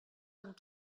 amb